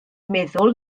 meddwl